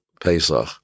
Pesach